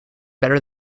better